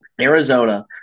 Arizona